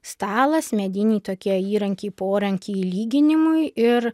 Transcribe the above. stalas mediniai tokie įrankiai porankiai lyginimui ir